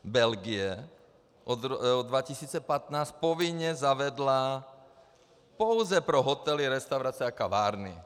Belgie od 2015 povinně zavedla pouze pro hotely, restaurace a kavárny.